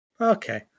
okay